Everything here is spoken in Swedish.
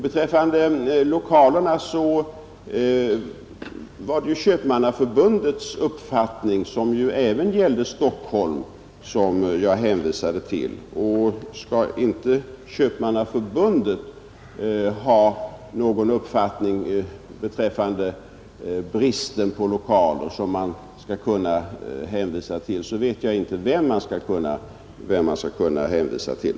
Beträffande lokalerna var det Köpmannaförbundets uppfattning, som även gällde Stockholm, som jag hänvisade till. Skall inte Köpmannaförbundet ha någon uppfattning beträffande bristen på lokaler som man skall kunna hänvisa till vet jag inte vem man skall hänvisa till.